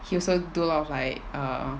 he also do a lot of like err